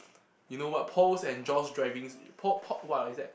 you know what Paul's and John's drivings Pau~ Pau~ what is that